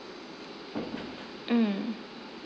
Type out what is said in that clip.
mm